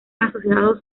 asociados